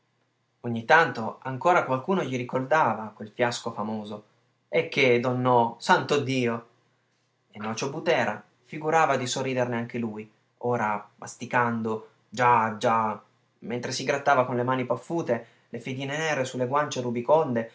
ogni tanto ancora qualcuno gli ricordava quel fiasco famoso eh che don no santo dio e nocio butera figurava di sorriderne anche lui ora masticando già già mentre si grattava con le mani paffute le fedine nere su le guance rubiconde